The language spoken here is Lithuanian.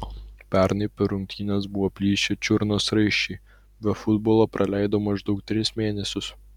pernai per rungtynes buvo plyšę čiurnos raiščiai be futbolo praleidau maždaug tris mėnesius